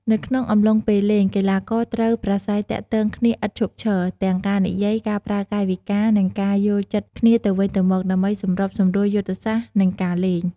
នៅក្នុងអំឡុងពេលលេង កីឡាករត្រូវប្រាស្រ័យទាក់ទងគ្នាឥតឈប់ឈរ ទាំងការនិយាយ ការប្រើកាយវិការ និងការយល់ចិត្តគ្នាទៅវិញទៅមក ដើម្បីសម្របសម្រួលយុទ្ធសាស្ត្រ និងការលេង។